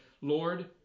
Lord